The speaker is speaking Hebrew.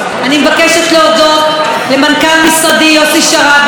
אני מבקשת להודות למנכ"ל משרדי יוסי שרעבי,